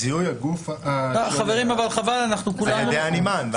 זיהוי הגוף השולח על ידי הנמען.